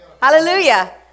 hallelujah